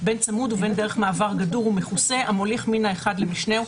בין צמוד ובין דרך מעבר גדור ומכוסה המוליך מן האחד למשנהו".